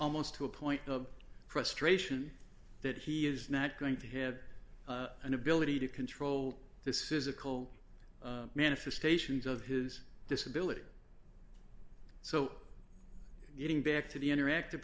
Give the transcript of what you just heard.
almost to a point of frustration that he is not going to have an ability to control this is a call manifestations of his disability so getting back to the interactive